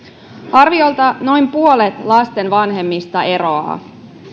arviolta noin puolet lasten vanhemmista eroaa